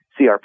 CRP